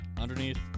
Underneath